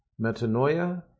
metanoia